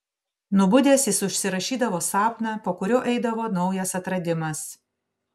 nubudęs jis užsirašydavo sapną po kurio eidavo naujas atradimas